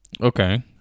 okay